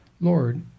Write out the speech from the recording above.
lord